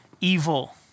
Evil